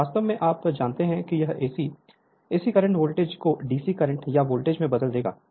यहाँ वास्तव में आप जानते हैं कि यह AC AC करंट वोल्टेज को DC करंट या वोल्टेज में बदल देगा